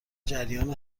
جریان